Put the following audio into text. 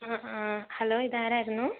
ആ ആ ഹലോ ഇത് ആരായിരുന്നു